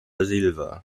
silva